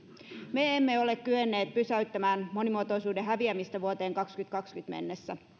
me emme ole kyenneet pysäyttämään monimuotoisuuden häviämistä vuoteen kaksituhattakaksikymmentä mennessä